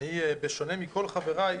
בשונה מכל חבריי,